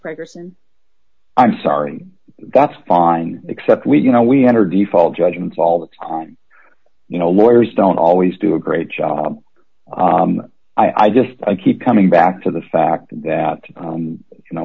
and i'm sorry that's fine except we do know we entered the fall judgments all the time you know lawyers don't always do a great job i just i keep coming back to the fact that you know